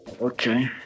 Okay